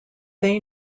they